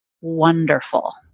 wonderful